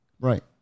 Right